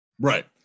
Right